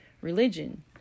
Religion